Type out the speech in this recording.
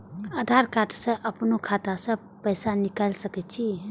आधार कार्ड से अपनो खाता से पैसा निकाल सके छी?